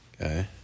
okay